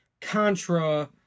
Contra